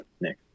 Nick